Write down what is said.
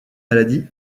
maladies